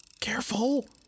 Careful